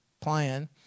plan